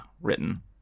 written